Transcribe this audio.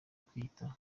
kwiyitaho